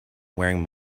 wearing